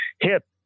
hip